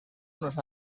unos